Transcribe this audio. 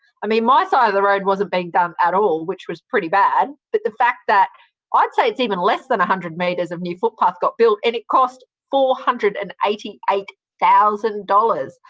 i mean, my side of the road wasn't being done at all, which was pretty bad, but the fact that i'd say it's even less than one hundred metres of new footpath got built and it cost four hundred and eighty eight thousand dollars.